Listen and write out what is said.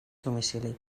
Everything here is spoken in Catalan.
domicili